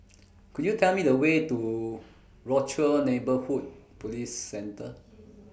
Could YOU Tell Me The Way to Rochor Neighborhood Police Centre